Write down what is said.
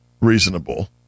reasonable